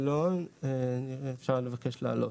לא, אפשר לבקש להעלות.